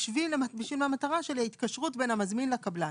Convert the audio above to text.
בשביל המטרה של התקשרות בין המזמין לקבלן.